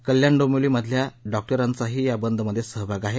कल्याण डोंबिवली मधलया डॉक्टरांचाही या बंद मध्ये सहभाग आहे